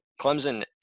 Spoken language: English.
Clemson –